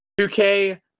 2K